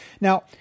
Now